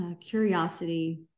curiosity